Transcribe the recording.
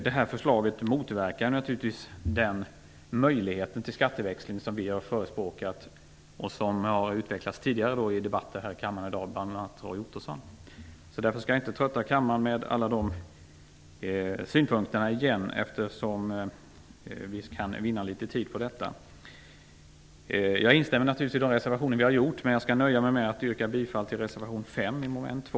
Detta förslag motverkar naturligtvis möjligheten till den skatteväxling som vi har förespråkat och som tidigare har utvecklats i debatter här i kammaren i dag, bl.a. av Roy Ottosson. För att vinna litet tid skall jag därför inte trötta ut kammaren med att upprepa dessa synpunkter. Jag instämmer naturligtvis i våra reservationer men nöjer mig med att yrka bifall till reservation 5, mom. 2.